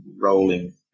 rolling